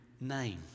name